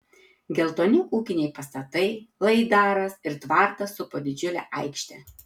geltoni ūkiniai pastatai laidaras ir tvartas supo didžiulę aikštę